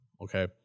Okay